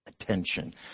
attention